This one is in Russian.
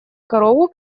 корову